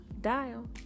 dial